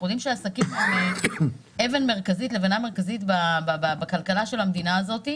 יודעים שהעסקים הם לבנה מרכזית בכלכל השל המדינה הזאת,